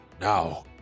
Now